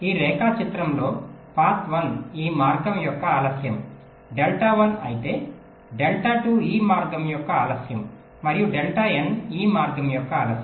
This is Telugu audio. ఈ రేఖాచిత్రంలో పాత్ 1 ఈ మార్గం యొక్క ఆలస్యం Δ 1 అయితే Δ 2 ఈ మార్గం యొక్క ఆలస్యం మరియు Δn ఈ మార్గం యొక్క ఆలస్యం